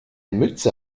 mütze